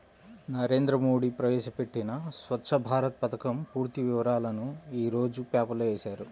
నరేంద్ర మోడీ ప్రవేశపెట్టిన స్వఛ్చ భారత్ పథకం పూర్తి వివరాలను యీ రోజు పేపర్లో వేశారు